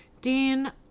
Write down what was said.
Dean